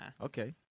Okay